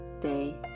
day